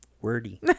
wordy